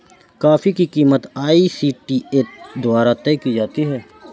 coffee की कीमत ICTA द्वारा तय की जाती है